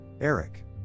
Eric